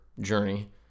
journey